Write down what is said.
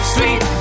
Sweet